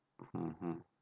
mm